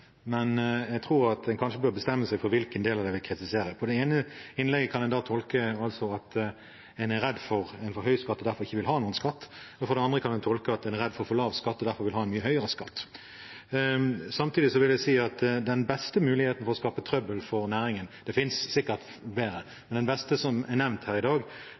men jeg tror man kanskje bør bestemme seg for hva man vil kritisere. Det ene innlegget kan tolkes som at en er redd for en for høy skatt og derfor ikke vil ha noen skatt, det andre kan tolkes som at man er redd for en for lav skatt og derfor vil ha en mye høyere skatt. Samtidig vil jeg si at den beste måten å skape trøbbel for næringen på er å fjerne eierskapskonsesjon og gå over til utleie av konsesjoner – det finnes sikkert bedre, men det er den beste som er nevnt her i dag.